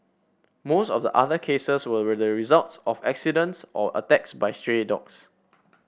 most of the other cases were with the results of accidents or attacks by stray dogs